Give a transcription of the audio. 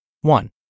One